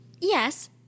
Yes